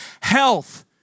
health